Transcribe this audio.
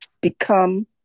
become